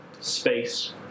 space